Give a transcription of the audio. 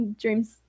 Dream's